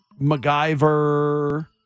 MacGyver